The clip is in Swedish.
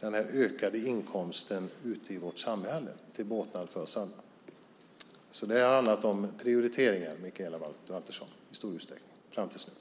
den ökade inkomsten ute i samhället till båtnad för oss alla. Det har alltså i stor utsträckning handlat om prioriteringar fram till nu, Mikaela Valtersson.